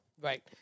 Right